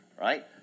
right